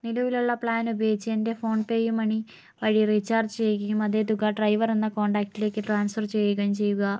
നിലവിലുള്ള പ്ലാൻ ഉപയോഗിച്ച് എൻ്റെ ഫോൺ പേയുമണി വഴി റീചാർജ് ചെയ്യുകയും അതേ തുക ഡ്രൈവർ എന്ന കോൺടാക്റ്റിലേക്ക് ട്രാൻസ്ഫർ ചെയ്യുകയും ചെയ്യുക